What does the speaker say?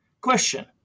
question